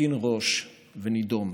נרכין ראש ונידום.